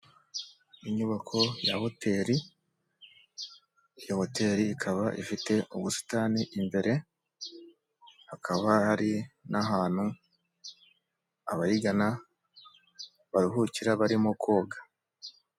Inyubako ya hoteli iyo hoteli ikaba ifite ubusitani imbere hakaba hari n'.ahantu abayigana baruhukira barimo koga.